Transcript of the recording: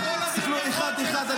תסתכלו אחד-אחד.